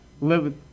living